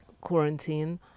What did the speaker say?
quarantine